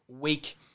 week